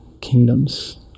kingdoms